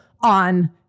on